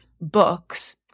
books